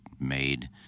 made